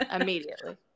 Immediately